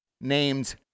named